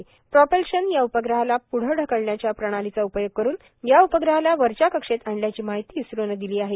propulsion या उपग्रहाला पृढं ढकलण्याच्या प्रणालीचा उपयोग करून या उपग्रहाला वरच्या कक्षेत आणल्याची माहिती इस्रोनं दिली आहे